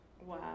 Wow